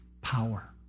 power